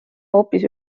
hoopis